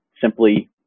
simply